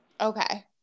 Okay